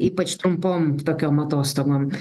ypač trumpom tokiom atostogom